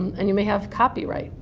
and you may have copyright.